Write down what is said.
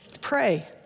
Pray